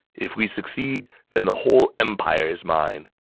if we succeed, then the whole empire is mine.